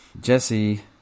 Jesse